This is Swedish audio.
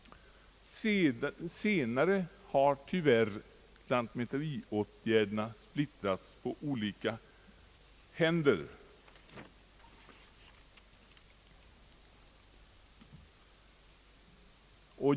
Senare har tyvärr lantmäteriåtgärderna splittrats på olika händer.